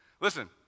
Listen